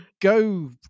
go